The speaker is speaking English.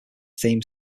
theme